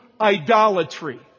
idolatry